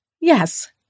Yes